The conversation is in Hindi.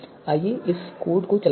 आइए इस कोड को चलाते हैं